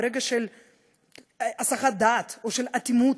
ברגע של הסחת דעת או של אטימות,